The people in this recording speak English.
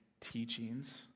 teachings